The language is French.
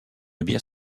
bière